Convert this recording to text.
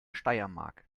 steiermark